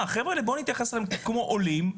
בואו נתייחס לחבר'ה האלה כמו עולים,